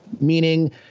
meaning